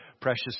precious